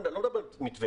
אני לא מדבר על מתווה,